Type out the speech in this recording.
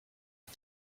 but